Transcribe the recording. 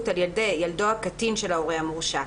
על ידי ילדו הקטין של ההורה המורשע,